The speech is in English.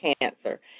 cancer